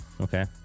Okay